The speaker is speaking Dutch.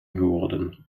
geworden